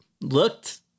looked